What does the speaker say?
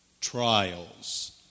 trials